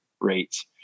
rates